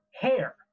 hair